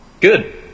Good